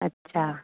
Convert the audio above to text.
अच्छा